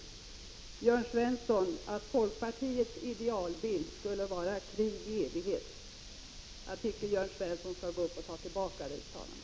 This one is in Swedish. Till Jörn Svensson: Att folkpartiets idealbild skulle vara krig i evighet — jag tycker att Jörn Svensson skall gå upp och ta tillbaka det uttalandet.